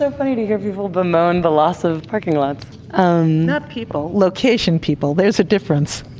so funny to hear people bemoan the loss of parking lots um not people, location people. there's a difference.